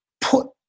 put